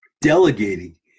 Delegating